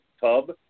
tub